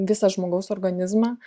visą žmogaus organizmą